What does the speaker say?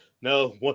No